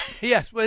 Yes